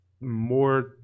more